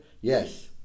yes